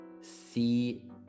see